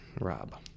Rob